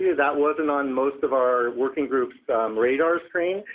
that wasn't on most of our working groups' radar screen.